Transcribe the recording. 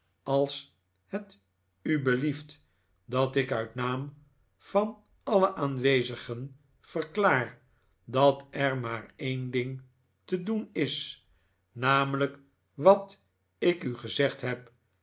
als het u belieft dat ik uit naam van alle aanwezigen verklaar dat er maar een ding te doen is namelijk wat ik u gezegd heb